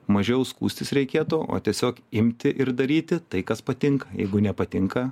mažiau skųstis reikėtų o tiesiog imti ir daryti tai kas patinka jeigu nepatinka